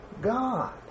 God